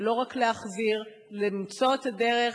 זה לא רק להחזיר, זה למצוא את הדרך